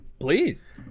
Please